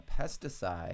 pesticide